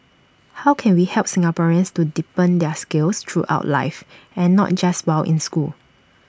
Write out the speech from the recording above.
how can we help Singaporeans to deepen their skills throughout life and not just while in school